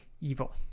evil